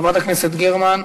חברת הכנסת גרמן,